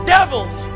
Devils